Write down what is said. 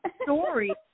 story